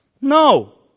No